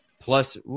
Plus